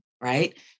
right